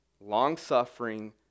long-suffering